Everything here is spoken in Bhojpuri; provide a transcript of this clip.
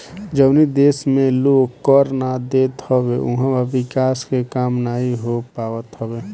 जवनी देस में लोग कर ना देत हवे उहवा विकास के काम नाइ हो पावत हअ